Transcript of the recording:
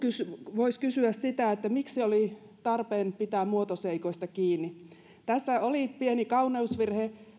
voisi kysyä sitä että miksi oli tarpeen pitää muotoseikoista kiinni tässä asiassa oli pieni kauneusvirhe